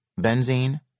Benzene